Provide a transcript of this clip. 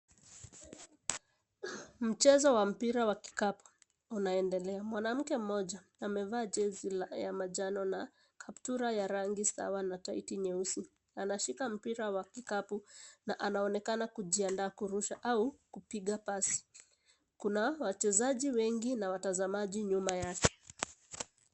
Mchezo wa mpira wa kikapu unaendelea. Mwanamke mmoja amevaa jezi la manjano na kaptula la rangi sawa na taiti nyeusi. Anashika mpira wa kikapu na anaonekana kujiandaa kurusha au kupiga pasi. Kuna wachezaji wengi na watazamaji nyuma yake.